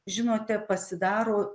žinote pasidaro